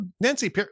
Nancy